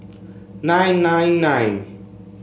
nine nine nine